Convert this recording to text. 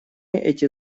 эти